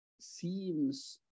seems